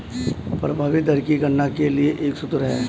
प्रभावी दर की गणना के लिए एक सूत्र है